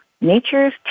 Nature's